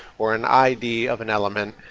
or an id of an element,